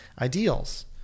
ideals